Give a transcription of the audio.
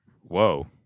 Whoa